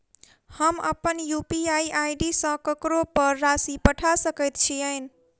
हम अप्पन UPI ID सँ ककरो पर राशि पठा सकैत छीयैन?